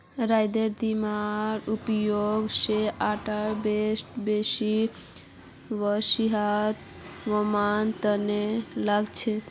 राईयेर दानार उपयोग स आटा ब्रेड बियर व्हिस्की बनवार तना लगा छेक